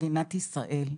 במדינת ישראל,